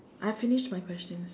I've finished my questions